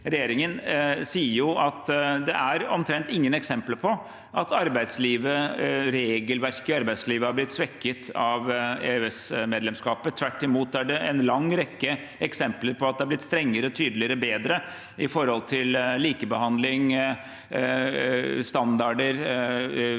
regjeringen, at det er omtrent ingen eksempler på at regelverket i arbeidslivet har blitt svekket av EØS-medlemskapet. Tvert imot er det en lang rekke eksempler på at det har blitt strengere, tydeligere og bedre når det gjelder likebehandling, standarder